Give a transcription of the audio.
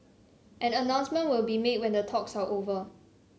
an announcement will be made when the talks are over